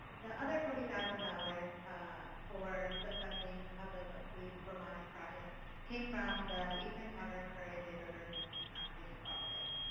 the other forty thousand dollars for the funding of the milkweeds for monarchs project came from the eastern tallgrass prairie and big rivers landscape conservation cooperatives.